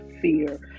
fear